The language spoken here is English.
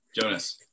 jonas